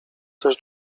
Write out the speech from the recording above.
też